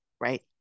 right